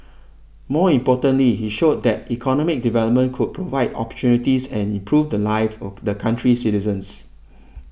more importantly he showed that economic development could provide opportunities and improve the lives of the country's citizens